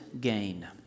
gain